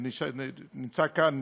נמצאים כאן